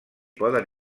poden